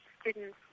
students